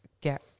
get